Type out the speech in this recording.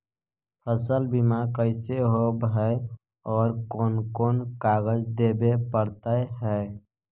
फसल बिमा कैसे होब है और कोन कोन कागज देबे पड़तै है?